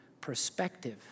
perspective